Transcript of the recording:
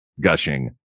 gushing